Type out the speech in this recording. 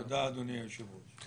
תודה, אדוני היושב ראש.